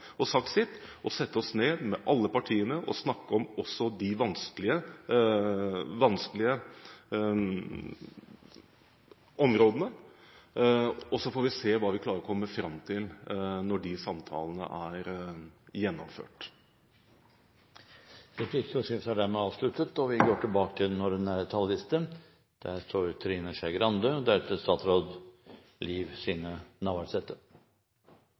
og sagt sitt – å sette oss ned med alle partiene og snakke om også de vanskelige områdene. Så får vi se hva vi klarer å komme fram til når de samtalene er gjennomført. Replikkordskiftet er avsluttet. Vi behandler nå kommuneopplegget, noe som egentlig er etterfølging av debatten vi har hatt om distrikts- og regionalpolitikken. Essensen i det innlegget jeg holdt i forrige uke, var at velferdsstaten møter vi